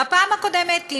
בפעם הקודמת,